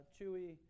Chewy